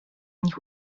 nich